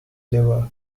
liver